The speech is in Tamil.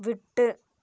விட்டு